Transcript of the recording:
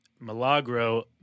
Milagro